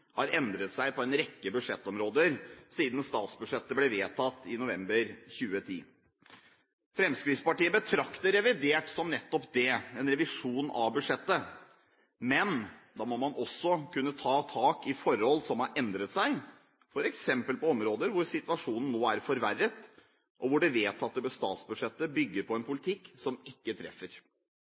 har endret seg på en rekke budsjettområder siden statsbudsjettet ble vedtatt i november 2010. Fremskrittspartiet betrakter revidert som nettopp det – en revisjon av budsjettet. Men da må man også kunne ta tak i forhold som har endret seg, f.eks. på områder hvor situasjonen nå er forverret, og hvor det vedtatte statsbudsjettet bygger på en politikk som ikke treffer.